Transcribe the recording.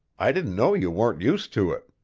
i didn't know you weren't used to it.